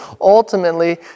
ultimately